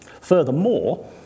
furthermore